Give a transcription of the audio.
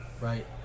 right